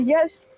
Juist